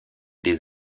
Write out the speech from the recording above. des